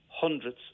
hundreds